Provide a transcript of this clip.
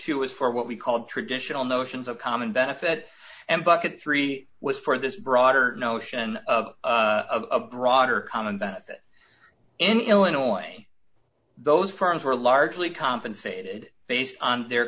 two is for what we call the traditional notions of common benefit and bucket three was for this broader notion of a broader common benefit in illinois those firms were largely compensated based on their